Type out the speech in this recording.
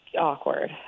awkward